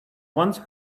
once